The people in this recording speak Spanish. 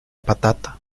patata